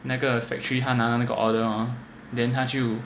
那个 factory 他拿那个 order then 他就